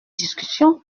discussion